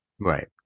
Right